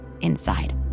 inside